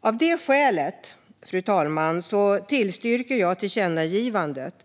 Av det skälet, fru talman, yrkar jag bifall till förslaget om tillkännagivandet.